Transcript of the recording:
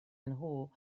nhw